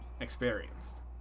experienced